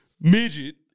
midget